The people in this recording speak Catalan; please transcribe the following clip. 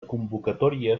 convocatòria